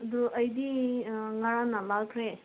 ꯑꯗꯨ ꯑꯩꯗꯤ ꯉꯔꯥꯡꯅ ꯂꯥꯛꯈ꯭ꯔꯦ